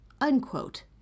unquote